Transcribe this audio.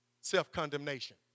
Self-condemnation